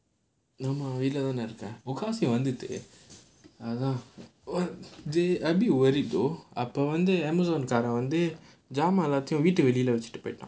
இன்னும் வீட்டுல தானே இருக்கேன் முக்காவாசி இருந்துட்டு அதான்:innum veeetula thaanae irukkaen mukkaavaasi irunthuttu athaan a bit worried though அப்போ வந்து:appo vanthu Amazon ஜாமான் வந்து ஜாமான் வச்சவன் வீட்டுக்கு வெளிய வச்சிட்டு போய்ட்டான்:jaamaan vanthu jaamaan vachchavan veetukku veliya vachittu poyitaan